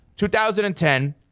2010